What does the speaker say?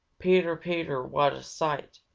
peter, peter, what a sight!